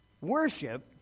Worship